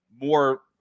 more –